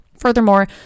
Furthermore